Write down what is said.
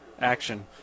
action